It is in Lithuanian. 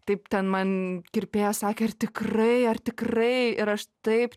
taip ten man kirpėja sakė ar tikrai ar tikrai ir aš taip